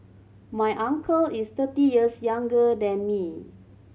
my uncle is thirty years younger than me